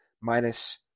minus